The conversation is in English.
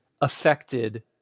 affected